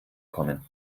kommen